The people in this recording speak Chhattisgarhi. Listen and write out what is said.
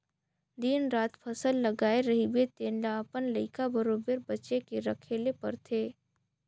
दिन रात फसल लगाए रहिबे तेन ल अपन लइका बरोबेर बचे के रखे ले परथे